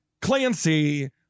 clancy